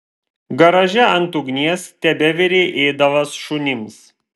garaže ant ugnies tebevirė ėdalas šunims